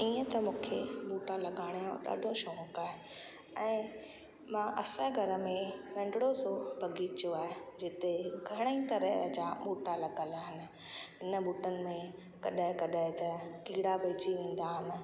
ईअं त मूंखे ॿूटा लॻाइण जो ॾाढो शौक़ु आहे ऐं मां असांजे घर में नंढड़ो सो बग़ीचो आहे जिते घणेई तरह जा ॿूटा लॻलि आहिनि इन ॿूटनि में कॾहिं कॾहिं त कीड़ा पइजी वेंदा आहिनि